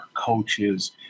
coaches